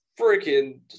freaking